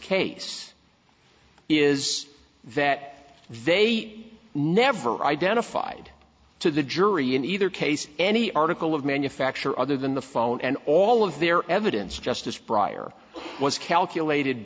case is that they never identified to the jury in either case any article of manufacture other than the phone and all of their evidence just as prior was calculated